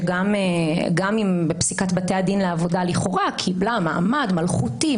שגם אם בפסיקת בתי הדין לעבודה לכאורה קיבלה מעמד מלכותי,